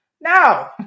No